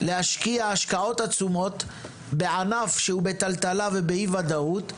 להשקיע השקעות עצומות בענף שנמצא בטלטלה ואי-וודאות.